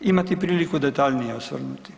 imati priliku detaljnije osvrnuti.